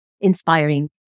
inspiring